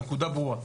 הנקודה ברורה.